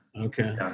Okay